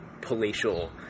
palatial